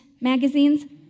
magazines